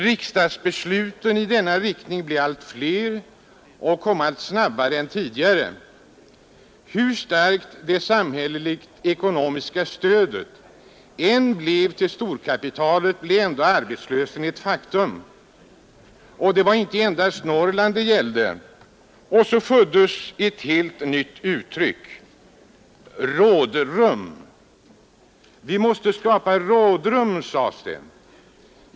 Riksdagsbesluten i denna riktning blev allt fler och kom snabbare än tidigare. Hur starkt det samhälleliga ekonomiska stödet än blev till storkapitalet, blev ändå arbetslösheten ett faktum. Det var inte endast Norrland det gällde. Och så föddes det helt nya uttrycket ”rådrum”. Vi måste skapa ”rådrum”, sades det.